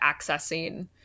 accessing